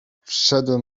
wszedłem